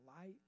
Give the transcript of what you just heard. light